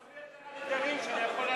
עשיתי התרת נדרים שאני יכול להצביע.